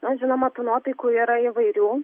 na žinoma tų nuotaikų yra įvairių